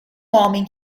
homem